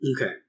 Okay